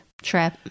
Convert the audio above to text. trip